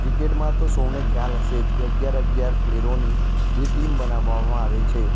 ક્રિકેટમાં તો સૌને ખ્યાલ હશે જ કે અગિયાર અગિયાર પ્લેયરોની બે ટીમ બનાવવામાં આવે છે